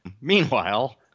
meanwhile